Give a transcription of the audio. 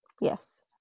Yes